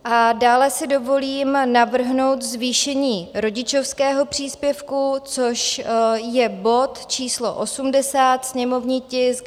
A dále si dovolím navrhnout zvýšení rodičovského příspěvku, což je bod číslo 80, sněmovní tisk 266.